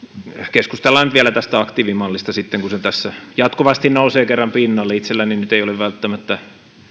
keskustellaan nyt vielä tästä aktiivimallista sitten kun se tässä jatkuvasti nousee kerran pinnalle itselläni nyt ei ole välttämättä